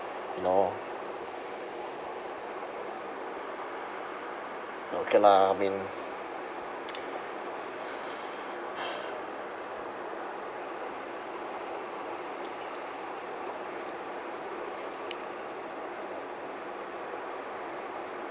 you know okay lah I mean